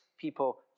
people